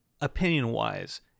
opinion-wise